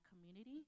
community